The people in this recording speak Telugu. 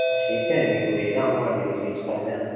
షీట్సే అండి మీకు విడిగా అమ్మము అండి షీట్స్ పరంగా అమ్ముతాం